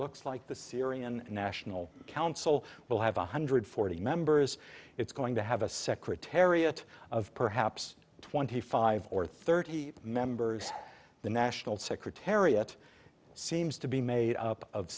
looks like the syrian national council will have one hundred forty members it's going to have a secretariat of perhaps twenty five or thirty members of the national secretariat seems to be made up of